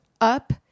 up